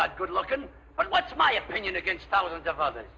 not good looking but what's my opinion against thousands of other